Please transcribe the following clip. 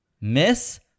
Miss